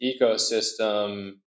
ecosystem